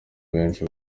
benshi